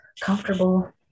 comfortable